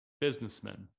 businessmen